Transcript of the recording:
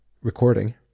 recording